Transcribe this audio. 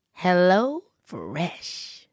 HelloFresh